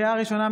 לקריאה ראשונה,